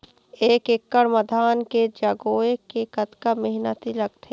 एक एकड़ म धान के जगोए के कतका मेहनती लगथे?